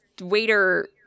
waiter